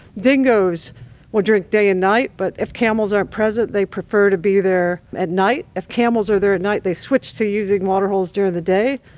dingoes will drink day and night, but if camels aren't present they prefer to be there at night. if camels are there at night they switch to using waterholes during the day.